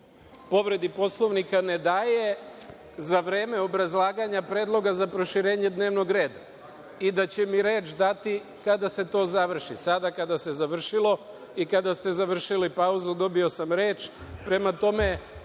povredi Poslovnika ne daje za vreme obrazlaganja predloga za proširenje dnevnog reda i da će mi reč dati kada se to završi. Sada kada se završilo i kada ste završili pauzu, dobio sam reč. Prema tome,